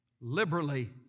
liberally